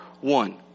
one